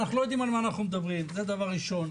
אז אני חושב,